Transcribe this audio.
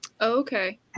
okay